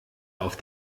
auf